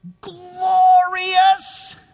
glorious